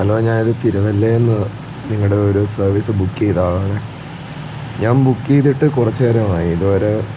hello ഞാൻ ഇത് തിരുവല്ലയിൽ നിന്ന് നിങ്ങളുടെ ഒരു സർവീസ് ബുക്ക് ചെയ്ത ആൾ ആണേ ഞാൻ ബുക്ക് ചെയ്തിട്ട് കുറച്ച് നേരം ആയി ഇത് വരെ